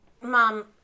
Mom